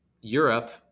Europe